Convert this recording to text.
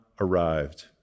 arrived